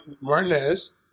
Martinez